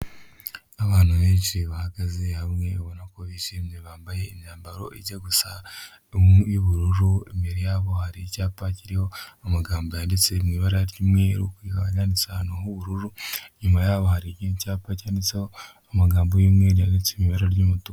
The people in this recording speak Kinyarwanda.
Abantu benshi bahagaze hamwe ubona ko bishimye, bambaye imyambaro ijya gusa y'ubururu, imbere yabo hari icyapa kiriho amagambo yanditse mu ibara ry'umweru, byanditse ahantu h'ubururu, inyuma yaho hari icyapa cyanditseho amagambo y'umweru, yanditse mu ibara ry'umutuku.